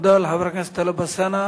תודה לחבר הכנסת טלב אלסאנע.